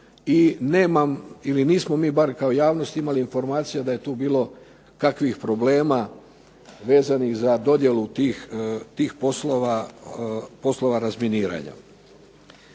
i nemam ili nismo mi bar kao javnost imali informacije da je tu bilo kakvih problema vezanih za dodjelu tih poslova razminiranja.